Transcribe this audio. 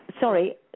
Sorry